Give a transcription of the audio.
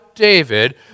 David